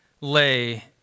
lay